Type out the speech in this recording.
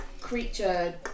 creature